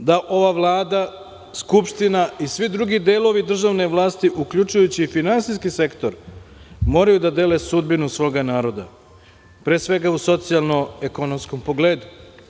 Govorio sam da ova Vlada, Skupština i svi drugi delovi državne vlasti, uključujući i finansijski sektor, moraju da dele sudbinu svoga naroda, pre svega u socijalno-ekonomskom pogledu.